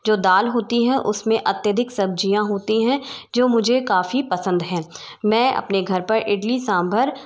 जो दाल होती है उसमें अत्यधिक सब्ज़ियाँ होती हैं जो मुझे काफ़ी पसंद हैं मैं अपने घर पर इडली सांभर